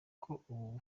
aribwo